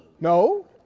No